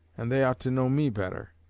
and they ought to know me better,